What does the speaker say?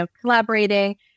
collaborating